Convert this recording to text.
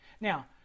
Now